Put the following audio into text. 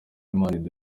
imana